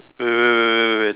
wait wait wait wait wait